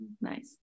Nice